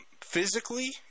physically